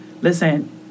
listen